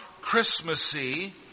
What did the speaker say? Christmassy